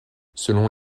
selon